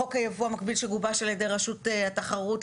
חוק היבוא המקביל שגובש על ידי רשות התחרות,